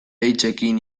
hitzekin